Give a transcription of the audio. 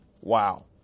Wow